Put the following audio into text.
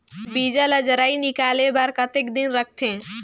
बीजा ला जराई निकाले बार कतेक दिन रखथे?